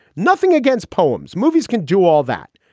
nothing against poems. movies can do all that.